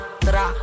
tra